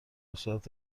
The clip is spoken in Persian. صورت